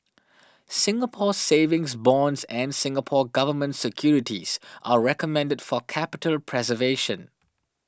Singapore Savings Bonds and Singapore Government Securities are recommended for capital preservation